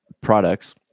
products